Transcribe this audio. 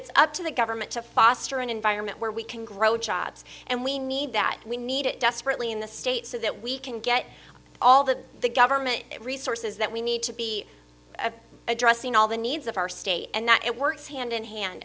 it's up to the government to foster an environment where we can grow jobs and we need that we need it desperately in the state so that we can get all that the government resources that we need to be addressing all the needs of our state and that it works hand in hand